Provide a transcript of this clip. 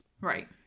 right